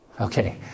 Okay